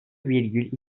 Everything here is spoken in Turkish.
virgül